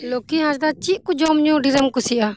ᱞᱚᱠᱠᱷᱤ ᱦᱟᱸᱥᱫᱟ ᱪᱮᱫ ᱠᱚ ᱡᱚᱢ ᱧᱩ ᱫᱷᱮᱨ ᱮᱢ ᱠᱩᱥᱤᱭᱟᱜᱼᱟ